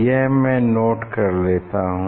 यह मैं नोट कर लेता हूँ